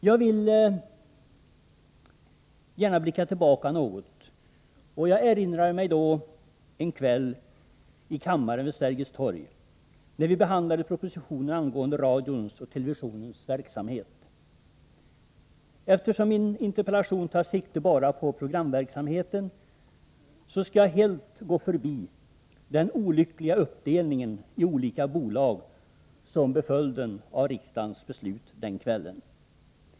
Jag vill gärna blicka tillbaka något, och jag erinrar mig då en kväll i kammaren vid Sergels torg, när vi behandlade propositionen angående radions och televisionens verksamhet. Eftersom min interpellation tar sikte bara på programverksamheten, skall jag helt gå förbi den olyckliga uppdelningen i olika bolag som blev följden av riksdagens beslut den kvällen.